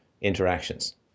interactions